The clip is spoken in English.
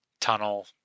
tunnel